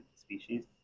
species